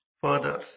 Further